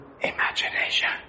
Imagination